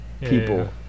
people